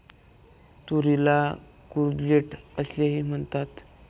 तुरीला कूर्जेट असेही म्हणतात